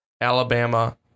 Alabama